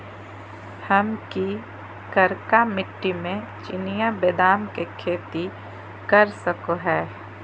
हम की करका मिट्टी में चिनिया बेदाम के खेती कर सको है?